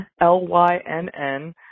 L-Y-N-N